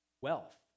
wealth